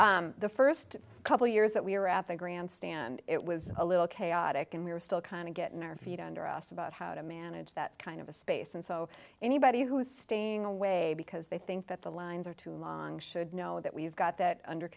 we the first couple years that we were at the grandstand it was a little chaotic and we were still kind of getting our feet under us about how to manage that kind of a space and so anybody who was staying away because they think that the lines are too long should know that we've got that under